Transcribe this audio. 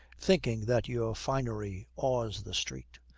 thinking that your finery awes the street,